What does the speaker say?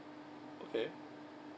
okay